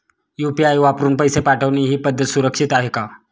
UPI वापरून पैसे पाठवणे ही पद्धत सुरक्षित आहे का?